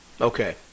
Okay